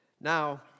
Now